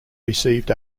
received